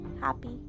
happy